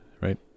right